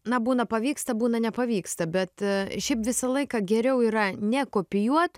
na būna pavyksta būna nepavyksta bet šiaip visą laiką geriau yra ne kopijuot